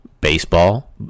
Baseball